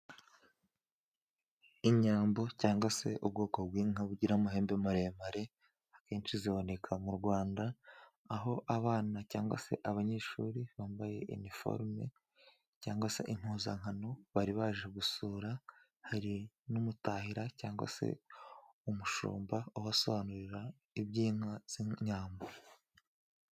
Inyambo cyangwa se ubwoko bw'inka bugira amahembe maremare, akenshi ziboneka mu Rwanda, aho abana cyangwa se abanyeshuri bambaye iniforume cyangwa se impuzankano bari baje gusura, hari n'umutahira cyangwa se umushumba, ubasobanurira iby'inka z'inyambo.